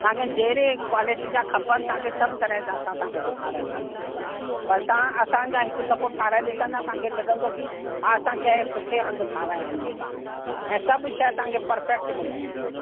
तव्हांखे जहिड़े क्वालिटी जा खपनि तव्हांखे सभु तरह जा असांखे ॾेखारींदासीं पर तव्हां असांजा हिक दफो ठहाराए ॾिसो तव्हांखे लॻंदो की हा असां कंहिं सुठे हंधि ठहाराया इन मकान ऐं सभु शइ तव्हांखे परफैक्ट मिलंदी